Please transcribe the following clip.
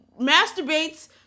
masturbates